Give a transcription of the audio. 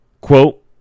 Quote